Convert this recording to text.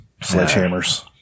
sledgehammers